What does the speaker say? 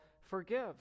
forgive